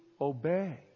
obey